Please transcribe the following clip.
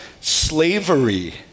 slavery